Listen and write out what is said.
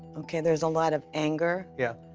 ok, there's a lot of anger. yeah.